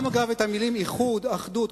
גם את המלה "איחוד" ו"אחדות".